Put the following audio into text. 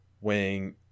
weighing